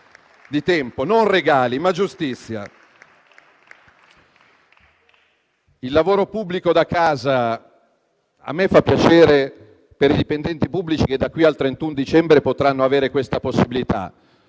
al lavoro pubblico da casa, a me fa piacere per i dipendenti pubblici che da qui al 31 dicembre potranno avere questa possibilità.